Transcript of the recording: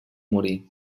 morir